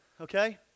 okay